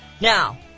Now